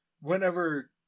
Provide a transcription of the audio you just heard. whenever